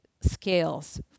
scales